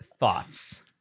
thoughts